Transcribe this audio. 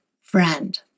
friend